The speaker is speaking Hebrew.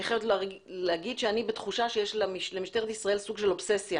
אני חייבת לומר שאני בתחושה שיש למשטרת ישראל סוג של אובססיה